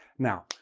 now,